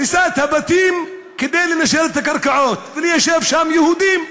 נקי.) הריסת הבתים כדי לקבל את הקרקעות וליישב שם יהודים,